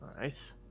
Nice